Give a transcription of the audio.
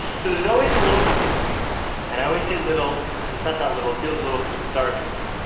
so there's always a little room and i always say little, but it's not that little, feels little cause it's dark in there.